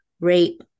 rape